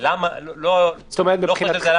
שאלו לא דיונים